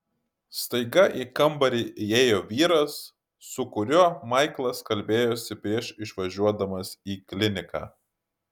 staiga į kambarį įėjo vyras su kuriuo maiklas kalbėjosi prieš išvažiuodamas į kliniką